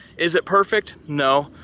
is it perfect? no.